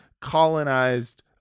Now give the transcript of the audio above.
colonized